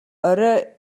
орой